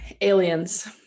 Aliens